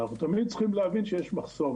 אנחנו צריכים להבין שיש מחסור,